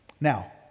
Now